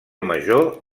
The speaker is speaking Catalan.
major